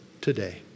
today